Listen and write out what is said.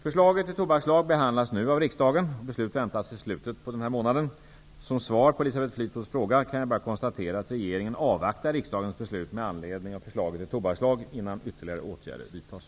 Förslaget till tobakslag behandlas nu av riksdagen och beslut väntas i slutet på maj. Som svar på Elisabeth Fleetwoods fråga kan jag bara konstatera att regeringen avvaktar riksdagens beslut med anledning av förslaget till tobakslag innan ytterligare åtgärder vidtas.